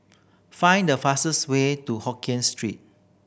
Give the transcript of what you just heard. find the fastest way to Hokien Street